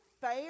fair